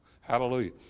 Hallelujah